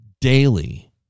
daily